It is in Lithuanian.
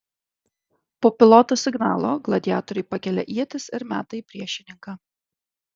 po piloto signalo gladiatoriai pakelia ietis ir meta į priešininką